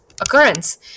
occurrence